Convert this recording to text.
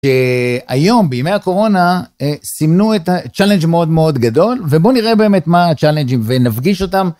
היום, בימי הקורונה, סימנו את הצ'אלנג' מאוד מאוד גדול, ובואו נראה באמת מה הצ'אלנג'ים ונפגיש אותם